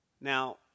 Now